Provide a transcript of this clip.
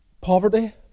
poverty